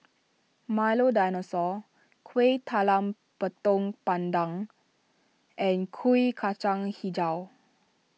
Milo Dinosaur Kueh Talam Tepong Pandan and Kuih Kacang HiJau